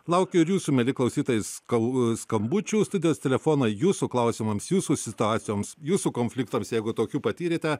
laukiu ir jūsų mieli klausytojai skal skambučių studijos telefoną jūsų klausimams jūsų situacijoms jūsų konfliktams jeigu tokių patyrėte